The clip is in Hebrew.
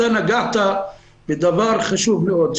נגעת בדבר חשוב מאוד.